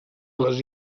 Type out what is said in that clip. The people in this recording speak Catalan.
les